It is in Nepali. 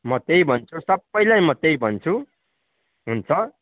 म त्यही भन्छु सबैलाई म त्यही भन्छु हुन्छ